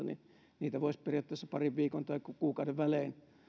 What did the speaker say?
niin niitä voisi periaatteessa parin viikon tai kuukauden välein